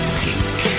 pink